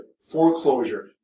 foreclosure